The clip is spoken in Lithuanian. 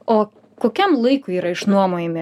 o kokiam laikui yra išnuomojami